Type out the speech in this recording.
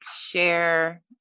share